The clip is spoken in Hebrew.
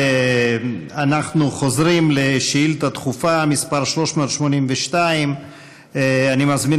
אנחנו חוזרים לשאילתה דחופה מס' 382. אני מזמין